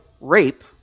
rape